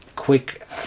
Quick